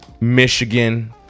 Michigan